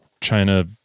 China